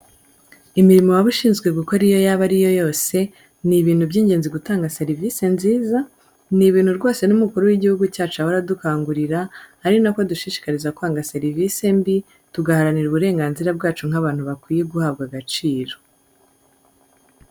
Imirimo waba ushinzwe gukora iyo yaba ariyo yose, ni ibintu ingenzi gutanga serivisi nziza, ni ibintu rwose n'umukuru w'igihugu cyacu ahora adukangurira, ari nako adushishikariza kwanga serivisi mbi, tugaharanira uburenganzira bwacu nk'abantu bakwiye guhabwa agaciro.